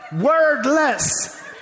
wordless